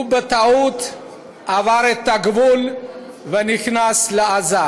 הוא בטעות עבר את הגבול ונכנס לעזה,